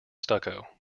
stucco